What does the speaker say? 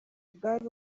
bwari